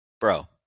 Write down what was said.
bro